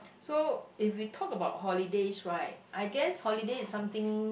so if we talk about holidays right I guess holiday is something